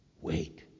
Wait